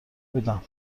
بودم